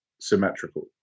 symmetrical